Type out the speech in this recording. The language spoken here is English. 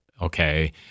okay